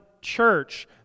church